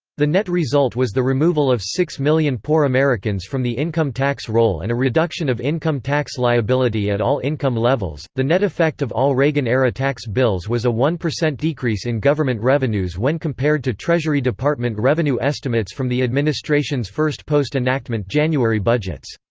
the net result was the removal of six million poor americans from the income tax roll and a reduction of income tax liability at all income levels the net effect of all reagan-era tax bills was a one percent decrease in government revenues when compared to treasury department revenue estimates from the administration's first post-enactment january budgets.